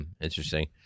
Interesting